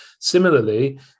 Similarly